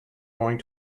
going